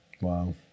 wow